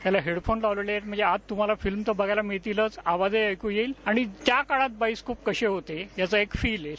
त्याला हेडफोन लावलेले आहेत म्हणजे तूम्हाला आत फिल्म बघायला मिळतीलच आवाजही ऐकू येईल आणि त्या काळात बायोस्कोप कसे होते याचा एक फिल येईल